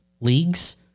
leagues